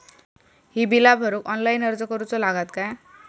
ही बीला भरूक ऑनलाइन अर्ज करूचो लागत काय?